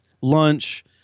lunch